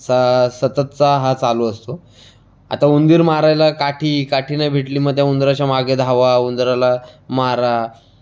सा सततचा हा चालू असतो आता उंदीर मारायला काठी काठी नाही भेटली मग त्या उंदराच्या मागे धावा उंदराला मारा